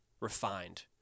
refined